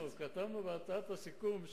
בהצעת הסיכום,